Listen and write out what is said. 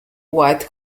white